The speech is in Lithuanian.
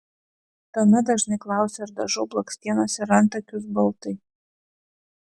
tuomet dažnai klausia ar dažau blakstienas ir antakius baltai